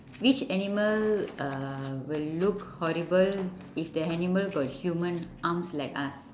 which animal uh will look horrible if the animal got human arms like us